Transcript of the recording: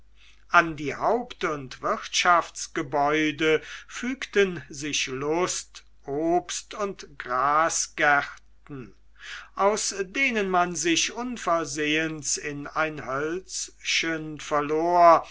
an die haupt und wirtschaftsgebäude fügten sich lust obst und grasgärten aus denen man sich unversehens in ein hölzchen verlor